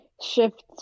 shifts